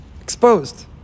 exposed